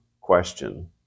question